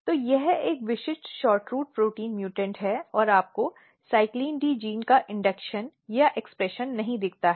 तो यह एक विशिष्ट shortroot प्रोटीन म्यूटेंट है और आपको CYCLIN D जीन का इंडक्शन या एक्सप्रेशन नहीं दिखता है